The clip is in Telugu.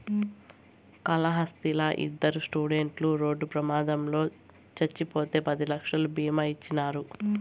కాళహస్తిలా ఇద్దరు స్టూడెంట్లు రోడ్డు ప్రమాదంలో చచ్చిపోతే పది లక్షలు బీమా ఇచ్చినారు